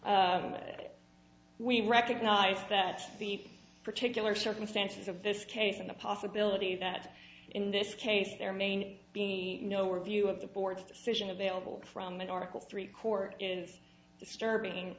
that we recognize that the particular circumstances of this case and the possibility that in this case there may be no or view of the board's decision available from an article three court is disturbing